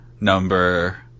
number